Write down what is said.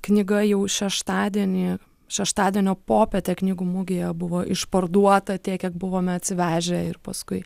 knyga jau šeštadienį šeštadienio popietę knygų mugėje buvo išparduota tiek kiek buvome atsivežę ir paskui